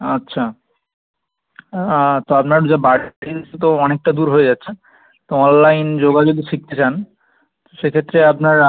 আচ্ছা তো আপনার যে বাড়ি তো অনেকটা দূর হয়ে যাচ্ছে তো অনলাইন যোগা যদি শিখতে চান সেক্ষেত্রে আপনার